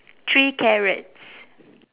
three carrots